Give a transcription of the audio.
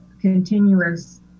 continuous